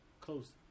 close